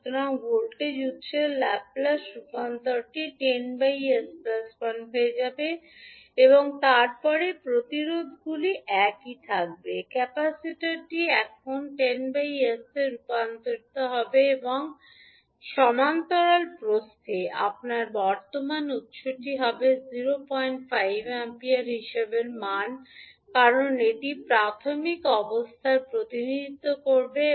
সুতরাং ভোল্টেজ উত্সের ল্যাপ্লেস রূপান্তরটি 10⁄ 𝑠 1 হয়ে যাবে এবং তারপরে প্রতিরোধগুলি একই থাকবে ক্যাপাসিটারটি এখন 10 s তে রূপান্তরিত হবে এবং সমান্তরাল প্রস্থে আপনার বর্তমান উত্সটি হবে 05 অ্যাম্পিয়ার হিসাবে মান কারণ এটি প্রাথমিক অবস্থার প্রতিনিধিত্ব করবে